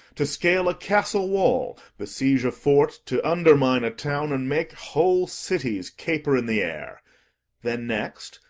to scale a castle-wall, besiege a fort, to undermine a town, and make whole cities caper in the air then next,